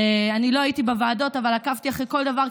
אני לא הייתי בוועדות אבל עקבתי אחרי כל דבר,